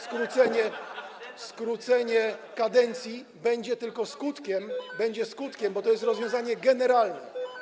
Skrócenie kadencji będzie tylko skutkiem, będzie skutkiem, bo to jest rozwiązanie generalne.